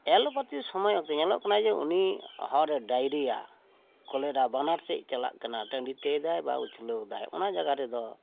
allopathy ᱥᱚᱢᱚᱭ ᱚᱠᱛᱮ ᱧᱮᱞᱚᱜ ᱠᱟᱱᱟ ᱡᱮ ᱩᱱᱤ ᱦᱚᱲᱮ ᱰᱟᱭᱨᱤᱭᱟ ᱠᱚᱞᱮᱨᱟ ᱵᱟᱱᱟᱨ ᱥᱮᱫ ᱪᱟᱞᱟᱜ ᱠᱟᱱᱟ ᱴᱟᱺᱰᱤᱛᱮ ᱮᱫᱟᱭ ᱵᱟ ᱩᱪᱷᱞᱟᱹᱣ ᱮᱫᱟᱭ ᱚᱱᱟ ᱡᱟᱭᱜᱟ ᱨᱮᱫᱚ